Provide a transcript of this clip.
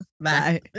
Bye